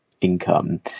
income